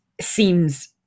seems